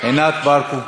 ענת ברקו.